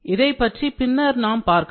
இதைப் பற்றி பின்னர் நாம் பார்க்கலாம்